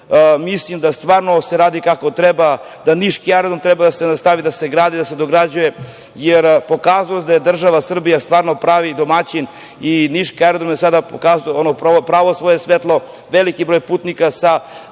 mislim da se stvarno radi kako treba, da niški aerodrom treba da nastavi da se gradi, da se dograđuje, jer se pokazalo da je država Srbija stvarno pravi domaćin. Niški aerodrom je sada pokazao ono pravo svoje svetlo, veliki broj putnika, sa